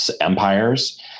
empires